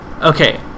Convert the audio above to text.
Okay